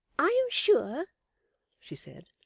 i am sure she said,